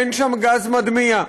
אין שם גז מדמיע,